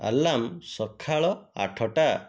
alarm ସକାଳ ଆଠଟା